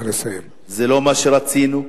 זה לא מה שרצינו,